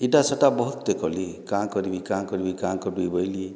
ଇଟା ସେଇଟା ବହୁତ୍ ଟେ କଲି କାଁ କର୍ବି କାଁ କର୍ବି କାଁ କର୍ବି ବୋଇଲି